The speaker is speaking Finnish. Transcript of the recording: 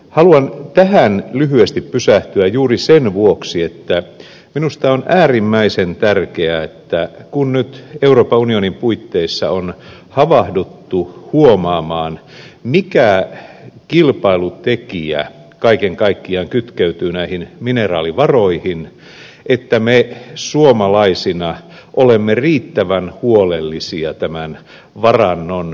haluan tähän lyhyesti pysähtyä juuri sen vuoksi että minusta on äärimmäisen tärkeää että kun nyt euroopan unionin puitteissa on havahduttu huomaamaan mikä kilpailutekijä kaiken kaikkiaan kytkeytyy näihin mineraalivaroihin me suomalaisina olemme riittävän huolellisia tämän varannon hyödyntämisessä